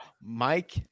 mike